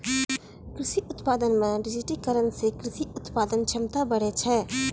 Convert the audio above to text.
कृषि उत्पादन मे डिजिटिकरण से कृषि उत्पादन क्षमता बढ़ै छै